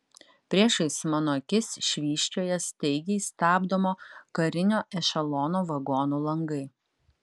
priešais mano akis švysčioja staigiai stabdomo karinio ešelono vagonų langai